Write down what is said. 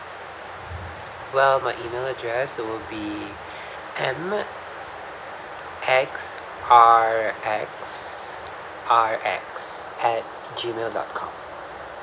well my email address will be m x r x r x at G mail dot com